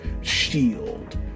shield